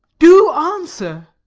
do answer.